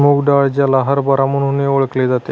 मूग डाळ, ज्याला हरभरा म्हणूनही ओळखले जाते